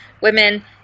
women